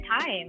time